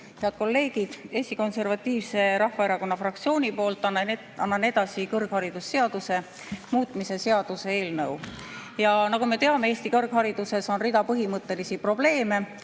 Head kolleegid! Eesti Konservatiivse Rahvaerakonna fraktsiooni nimel annan üle kõrgharidusseaduse muutmise seaduse eelnõu. Nagu me teame, on Eesti kõrghariduses rida põhimõttelisi probleeme.